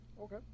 Okay